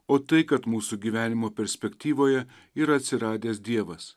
o tai kad mūsų gyvenimo perspektyvoje yra atsiradęs dievas